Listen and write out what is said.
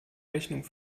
rechnung